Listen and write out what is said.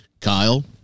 Kyle